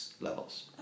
levels